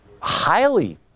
highly